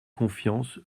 confiance